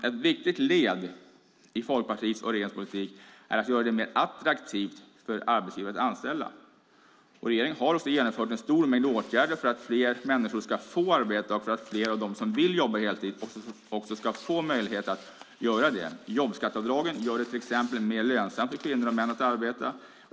Ett viktigt led i Folkpartiets och regeringens politik är att göra det mer attraktivt för arbetsgivare att anställa, och regeringen har genomfört en stor mängd åtgärder för att fler människor ska få arbete och att fler av dem som vill arbeta heltid också ska få möjlighet att göra det. Jobbskatteavdragen gör det till exempel mer lönsamt för kvinnor och män att arbeta.